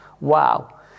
Wow